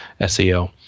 SEO